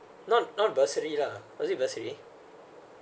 not not bursary lah was it bursary